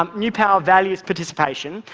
um new power values participation,